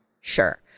sure